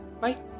Bye